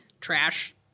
trash